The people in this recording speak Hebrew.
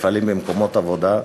מפעלים ומקומות עבודה.